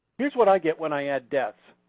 here's what i get when i add deaths.